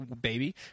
Baby